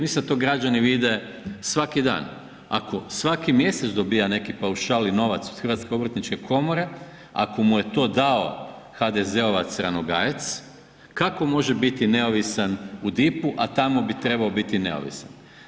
Mislim da to građani vide svaki dan, ako svaki mjesec dobija neki paušal i novac od Hrvatske obrtničke komore, ako mu je to dao HDZ-ovac Ranogajec kako može biti neovisan u DIP-u, a tamo bi trebao biti neovisan.